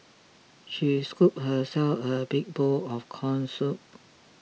she scooped herself a big bowl of Corn Soup